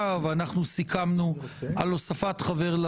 אבל בגלל הביקורת שלכם על כך שאתם לא מספיקים